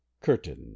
Curtain